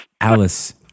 Alice